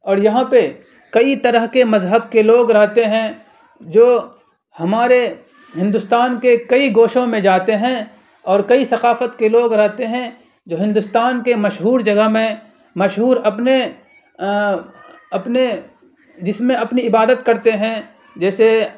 اور یہاں پہ کئی طرح کے مذہب کے لوگ رہتے ہیں جو ہمارے ہندوستان کے کئی گوشوں میں جاتے ہیں اور کئی ثقافت کے لوگ رہتے ہیں جو ہندوستان کے مشہور جگہ میں مشہور اپنے اپنے جس میں اپنی عبادت کرتے ہیں جیسے